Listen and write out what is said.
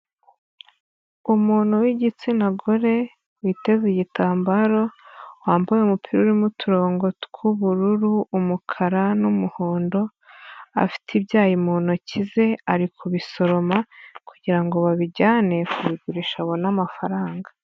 Umuntu w'igitsina gore witeze igitambaro wambaye umupira urimo uturongo tw'ubururu, umukara n'umuhondo. Afite ibyayi mu ntoki ze, ari kubisoroma kugira ngo babijyane kubigurisha abona amafaranga.